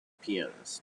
pianist